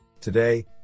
Today